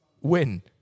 win